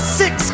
six